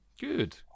Good